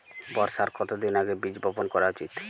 বর্ষার কতদিন আগে বীজ বপন করা উচিৎ?